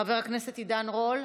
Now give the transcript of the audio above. חבר הכנסת עידן רול,